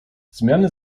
zmiany